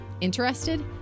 Interested